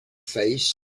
face